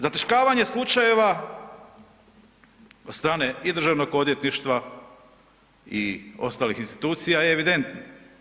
Zataškavanje slučajeva od strane i Državno odvjetništva i ostalih institucija je evidentno.